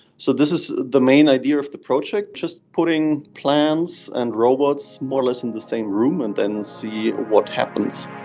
so this is the main idea of the project, just putting plants and robots more or less in the same room, and then see what happens.